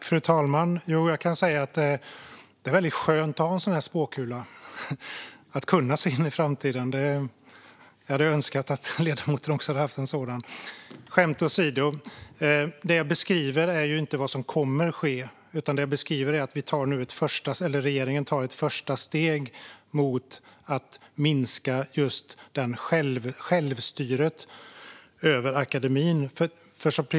Fru talman! Det är väldigt skönt att ha en sådan här spåkula och att kunna se in i framtiden. Jag hade önskat att ledamoten också hade haft en sådan! Skämt åsido - det jag beskriver är inte vad som kommer att ske, utan att regeringen nu tar ett första steg mot att minska självstyret inom akademin.